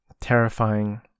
terrifying